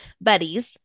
Buddies